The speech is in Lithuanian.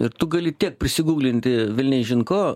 ir tu gali tiek prisiguglinti velniaižin ko